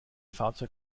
fahrzeug